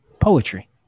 Poetry